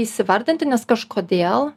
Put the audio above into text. įsivertinti nes kažkodėl